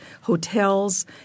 hotels